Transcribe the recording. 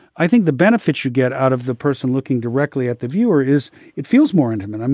i think the benefits should get out of the person. looking directly at the viewer is it feels more intimate.